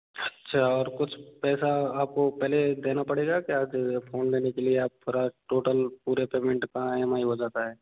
अच्छा और कुछ पैसा आपको पहले देना पड़ेगा क्या फ़ोन लेने के लिए आप पूरा टोटल पूरे पेमेंट का ई एम आई हो जाता है